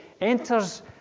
enters